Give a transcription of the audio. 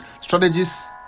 strategies